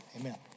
Amen